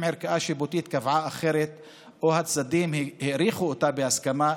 אם ערכאה שיפוטית קבעה אחרת או הצדדים האריכו אותה בהסכמה,